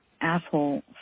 asshole